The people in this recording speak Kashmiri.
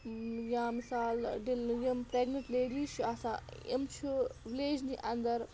یا مِثال یِم پرٛٮ۪گنِٹ لیڈیٖز چھِ آسان یِم چھُ وِلیج نٕے اَنٛدَر